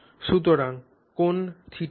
সুতরাং কোণ θ কি